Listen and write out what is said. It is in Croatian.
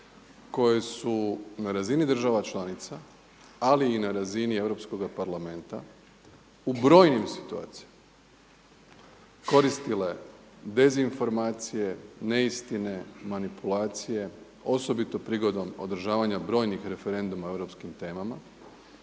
koje su na razini država članica ali i na razini Europskoga parlamenta u brojnim situacijama koristile dezinformacije, neistine, manipulacije osobito prigodom održavanja brojnih referenduma o europskim temama